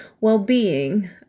well-being